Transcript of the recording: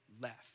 left